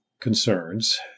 Concerns